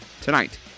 tonight